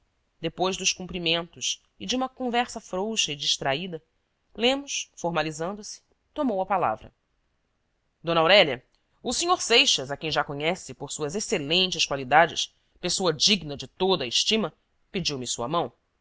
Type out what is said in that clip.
depois dos cumprimentos e de uma conversa frouxa e distraída lemos formalizando se tomou a palavra d aurélia o sr seixas a quem já conhece por suas exce lentes qualidades pessoa digna de toda a estima pediu-me sua mão